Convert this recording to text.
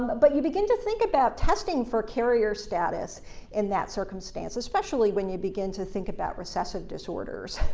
but you begin to think about testing for carrier status in that circumstance, especially when you begin to think about recessive disorders.